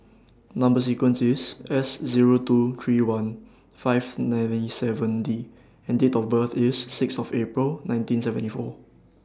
Number sequence IS S Zero two three one five nine seven D and Date of birth IS six of April nineteen seventy four